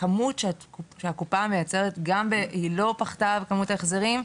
הכמות שהקופה מייצרת היא לא פחתה בכמות ההחזרים,